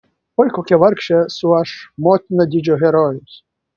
oi kokia vargšė esu aš motina didžio herojaus